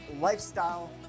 lifestyle